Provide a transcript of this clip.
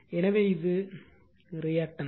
எனவே இது ரியாக்டன்ஸ்